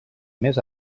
més